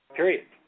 Period